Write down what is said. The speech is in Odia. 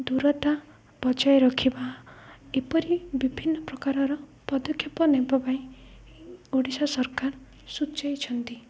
ଦୂରତା ବଜାୟ ରଖିବା ଏପରି ବିଭିନ୍ନ ପ୍ରକାରର ପଦକ୍ଷେପ ନେବା ପାଇଁ ଓଡ଼ିଶା ସରକାର ସୂଚେଇଛନ୍ତି